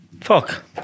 Fuck